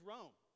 Rome